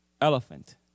elephant